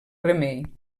remei